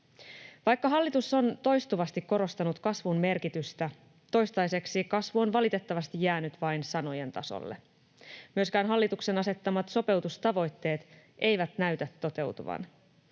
Vaikka hallitus on toistuvasti korostanut kasvun merkitystä, toistaiseksi kasvu on valitettavasti jäänyt vain sanojen tasolle. Myöskään hallituksen asettamat sopeutustavoitteet eivät näytä toteutuvan.